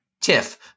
Tiff